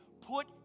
put